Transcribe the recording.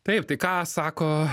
taip tai ką sako